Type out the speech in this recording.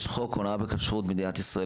יש חוק הונאה בכשרות במדינת ישראל,